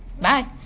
Bye